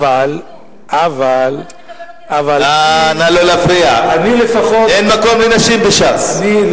עלא כיפאק, אתם לא מוכנים לקבל אותי לסיעה שלכם.